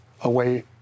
away